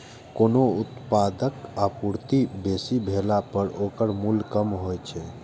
कोनो उत्पादक आपूर्ति बेसी भेला पर ओकर मूल्य कम होइ छै